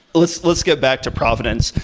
let's let's get back to provenance.